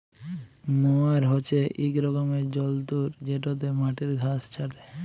ময়ার হছে ইক রকমের যল্তর যেটতে মাটির ঘাঁস ছাঁটে